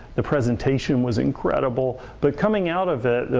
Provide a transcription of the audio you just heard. the presentation was incredible, but coming out of it,